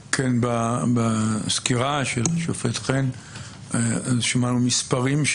בסקירה של השופט חן שמענו מספרים,